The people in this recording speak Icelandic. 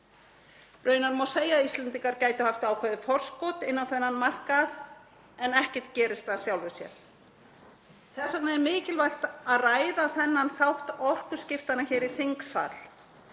Raunar má segja að Íslendingar gætu haft ákveðið forskot inn á þennan markað, en ekkert gerist af sjálfu sér. Þess vegna er mikilvægt að ræða þennan þátt orkuskiptanna hér í þingsal